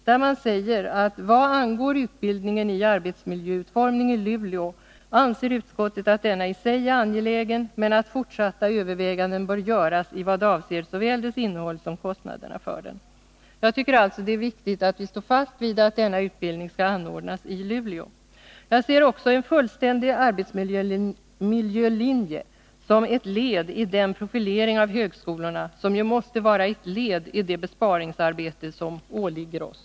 Där säger man: ”Vad angår utbildningen i arbetsmiljöutformning i Luleå anser utskottet att denna i sig är angelägen, men att fortsatta överväganden bör göras i vad avser såväl dess innehåll som kostnaderna för den.” Jag tycker det är viktigt att vi står fast vid att denna utbildning skall anordnas i Luleå. Jag ser också en fullständig arbetsmiljölinje som ett led i den profilering av högskolorna som i sin tur måste vara ett led i det besparingsarbete som åligger oss.